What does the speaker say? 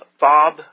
Bob